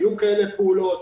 היו כאלה פעולות,